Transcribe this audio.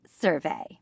survey